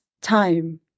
time